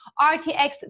RTX